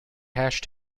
hash